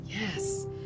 Yes